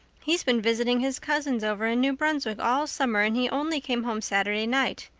he's been visiting his cousins over in new brunswick all summer and he only came home saturday night.